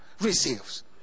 receives